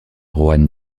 juan